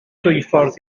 dwyffordd